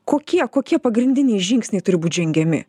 kokie kokie pagrindiniai žingsniai turi būt žengiami